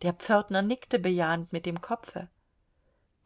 der pförtner nickte bejahend mit dem kopfe